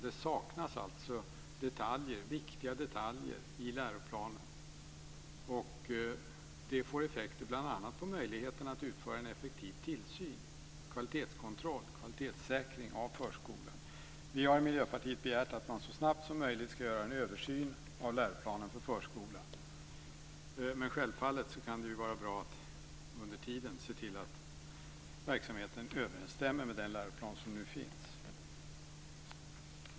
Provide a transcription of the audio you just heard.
Det saknas alltså viktiga detaljer i läroplanen, och det får effekter bl.a. på möjligheten att utföra en effektiv tillsyn och kvalitetskontroll, kvalitetssäkring, av förskolan. Vi i Miljöpartiet har begärt att man så snabbt som möjligt ska göra en översyn av läroplanen för förskolan. Men självfallet kan det vara bra att under tiden se till att verksamheten överensstämmer med den läroplan som nu finns.